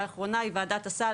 הוועדה האחרונה היא ועדת הסל,